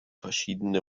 verschiedene